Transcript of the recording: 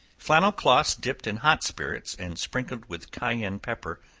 flannel cloths dipped in hot spirits, and sprinkled with cayenne pepper,